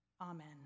Amen